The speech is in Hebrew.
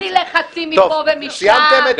בלי לחצים מפה ומשם.